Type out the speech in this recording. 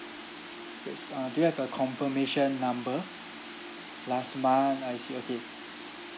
great uh do you have a confirmation number last month I see okay